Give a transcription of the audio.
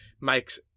makes